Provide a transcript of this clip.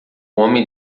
homem